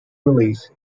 released